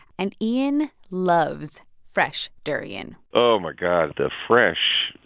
and ian loves fresh durian oh, my god. the fresh,